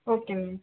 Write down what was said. okay ma'am